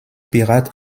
pirates